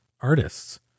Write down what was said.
artists